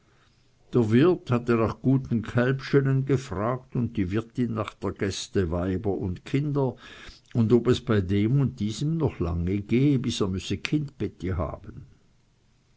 der wirt hatte nach guten kälbschenen gefragt und die wirtin nach der gäste weiber und kinder und ob es bei dem oder diesem noch lange gehe bis er müsse kindbetti haben